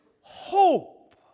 hope